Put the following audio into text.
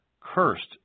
Cursed